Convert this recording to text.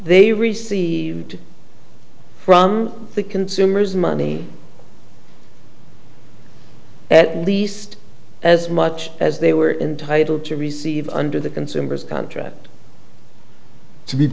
they received from the consumer's money at least as much as they were entitle to receive under the consumer's contract to be